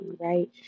right